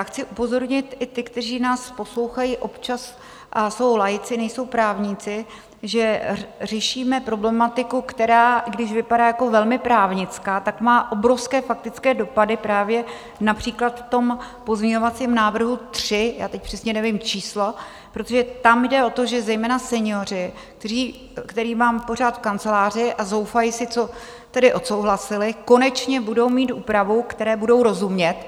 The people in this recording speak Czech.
Chci upozornit i ty, kteří nás poslouchají občas a jsou laici, nejsou právníci, že řešíme problematiku, která, i když vypadá jako velmi právnická, má obrovské faktické dopady právě například v pozměňovacím návrhu tři, já teď přesně nevím číslo, protože tam jde o to, že zejména senioři, které mám pořád v kanceláři a zoufají si, co odsouhlasili, konečně budou mít úpravu, které budou rozumět.